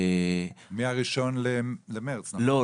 מה- 1.3.2023, נכון?